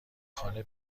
خانه